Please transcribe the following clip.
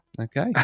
Okay